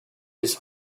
bis